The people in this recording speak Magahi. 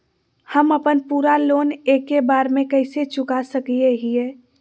हम अपन पूरा लोन एके बार में कैसे चुका सकई हियई?